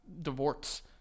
Divorce